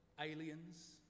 aliens